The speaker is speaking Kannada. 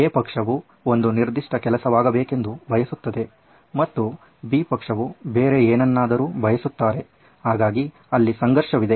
ಎ ಪಕ್ಷವು ಒಂದು ನಿರ್ದಿಷ್ಟ ಕೆಲಸವಾಗಬೇಕೆಂದು ಬಯಸುತ್ತದೆ ಮತ್ತು ಬಿ ಪಕ್ಷವು ಬೇರೆ ಏನನ್ನಾದರೂ ಬಯಸುತ್ತಾರೆ ಹಾಗಾಗಿ ಅಲ್ಲಿ ಸಂಘರ್ಷವಿದೆ